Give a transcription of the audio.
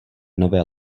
nové